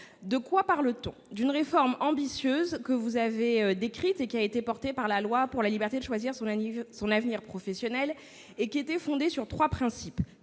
De quoi parle-t-on ? D'une réforme ambitieuse que vous avez décrite et qui a été portée par la loi pour la liberté de choisir son avenir professionnel. Elle était fondée sur trois principes